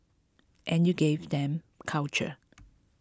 and you give them culture